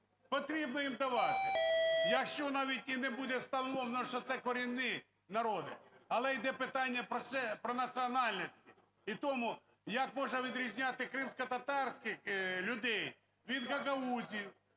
потрібно їм давати, якщо навіть і не буде встановлено, що це корінні народи, але йде питання про національності. І тому як можна відрізняти кримськотатарських людей від гагаузів,